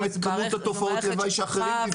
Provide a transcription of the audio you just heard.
את כמות תופעות הלוואי שאחרים דיווחו.